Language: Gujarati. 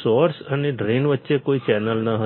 સોર્સ અને ડ્રેઇન વચ્ચે કોઈ ચેનલ ન હતી